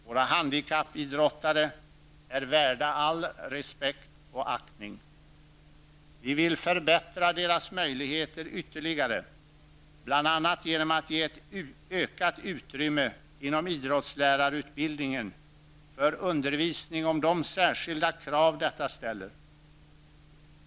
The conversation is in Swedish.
Våra handikappidrottare är värda all respekt och aktning. Vi vill förbättra deras möjligheter ytterligare bl.a. genom att ge ett ökat utrymme inom idrottslärarutbildningen för undervisning om de särskilda krav detta ställer.